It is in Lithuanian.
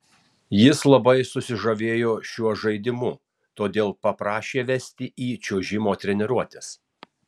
jis labai susižavėjo šiuo žaidimu todėl paprašė vesti į čiuožimo treniruotes